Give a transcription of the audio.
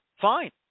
fine